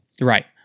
Right